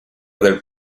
del